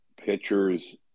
pitchers